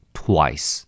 twice